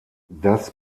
das